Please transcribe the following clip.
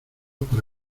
para